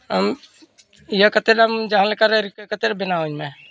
ᱟᱢ ᱤᱭᱟᱹ ᱠᱟᱛᱮᱫ ᱮᱢ ᱡᱟᱦᱟᱸ ᱞᱮᱠᱟᱨᱮ ᱨᱤᱠᱟᱹ ᱠᱟᱛᱮᱫ ᱵᱮᱱᱟᱣ ᱤᱧ ᱢᱮ